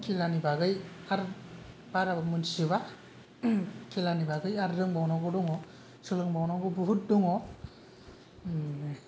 खेलानि बागै बारा बाराबो मोन्थिजोबा खेलानि बागै आरो रोंबावनांगौ दङ सोलोंबावनांगौ बहुथ दङ